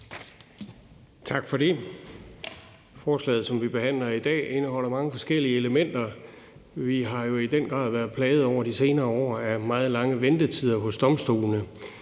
Tak for det. Forslaget, som vi behandler i dag, indeholder mange forskellige elementer. Vi har jo i den grad over de senere år været plaget af meget lange ventetider hos domstolene.